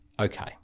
okay